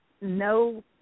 no